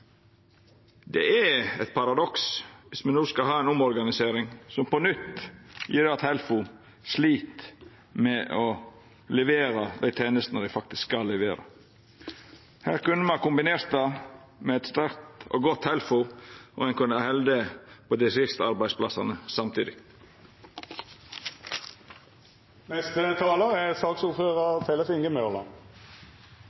Det er eit paradoks dersom me no skal ha ei omorganisering som på nytt gjer at Helfo slit med å levera dei tenestene dei faktisk skal levera. Her kunne ein kombinert det, eit sterkt og godt Helfo, og ein kunne behalda dei siste arbeidsplassane